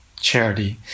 Charity